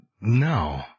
no